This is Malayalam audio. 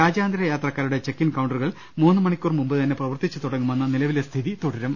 രാജ്യാന്തര യാത്രക്കാരുടെ ചെക്ക് ഇൻ കൌണ്ടറുകൾ മൂന്നു മണിക്കൂർ മുമ്പുതന്നെ പ്രവർത്തിച്ചുതുടങ്ങുമെന്ന നിലവിലെ സ്ഥിതി തുട രും